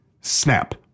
snap